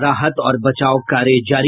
राहत और बचाव कार्य जारी